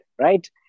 right